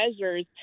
measures